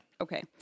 Okay